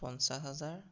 পঞ্চাছ হাজাৰ